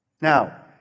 Now